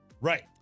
Right